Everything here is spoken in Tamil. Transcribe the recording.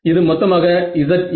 இது மொத்தமாக Za